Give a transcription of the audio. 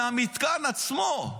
מהמתקן עצמו.